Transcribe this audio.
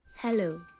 Hello